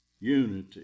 Unity